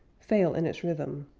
fail in its rhythm,